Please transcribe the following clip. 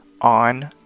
on